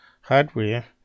hardware